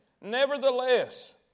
Nevertheless